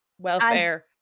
Welfare